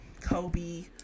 Kobe